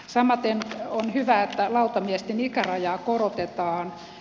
samaten on hyvä että lautamiesten ikärajaa korotetaan